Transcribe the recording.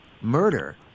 murder